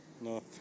no